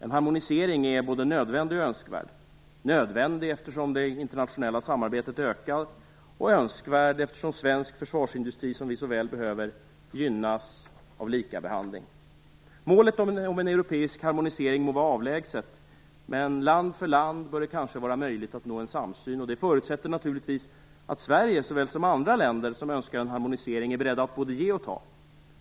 En harmonisering är både nödvändig och önskvärd - nödvändig eftersom det internationella samarbetet ökar, och önskvärd eftersom svensk försvarsindustri som vi så väl behöver gynnas av likabehandling. Målet om en europeisk harmonisering må vara avlägset - men land för land bör det kanske vara möjligt att nå en samsyn. Det förutsätter naturligtvis att Sverige såväl som andra länder som önskar en harmonisering är beredda att både ge och ta.